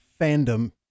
fandom